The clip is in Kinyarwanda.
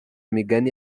migani